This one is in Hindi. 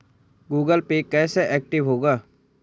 गूगल पे कैसे एक्टिव होगा?